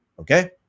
okay